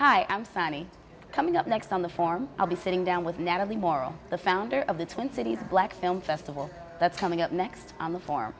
hi i'm sunny coming up next on the form i'll be sitting down with natalie morell the founder of the twin cities a black film festival that's coming up next on the for